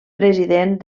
president